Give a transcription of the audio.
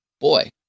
Boy